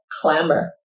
clamor